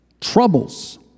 troubles